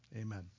amen